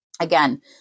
again